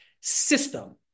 system